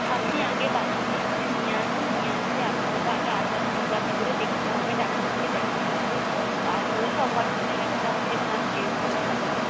আপনি আগে বাচ্চাকে এখানে নিয়ে আসুন নিয়ে আসলে আপনাকে তো আগে আলট্রাসোনোগ্রাফি করে দেখতে হবে ডাক্তারকে দেখাতে হবে তারপরে তো অপারেশানের একটা সিদ্ধান্তে পৌঁছাবেন